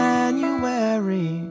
January